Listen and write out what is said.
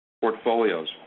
portfolios